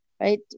right